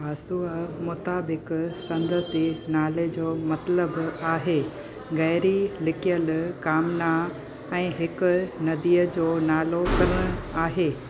बासुअ मुताबिक़ संदसि नाले जो मतलबु आहे गहिरी लिकियलु कामना ऐं हिकु नदीअ जो नालो पिणु आहे